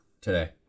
today